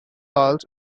halls